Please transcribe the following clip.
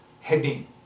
heading